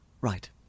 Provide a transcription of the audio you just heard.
Right